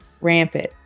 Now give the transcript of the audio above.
rampant